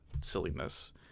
silliness